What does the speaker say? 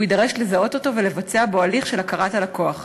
הוא יידרש לזהות אותו ולבצע לגביו הליך של הכרת הלקוח.